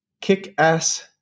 kick-ass